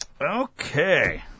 Okay